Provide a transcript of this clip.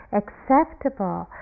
acceptable